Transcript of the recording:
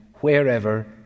wherever